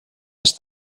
més